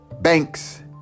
banks